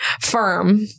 Firm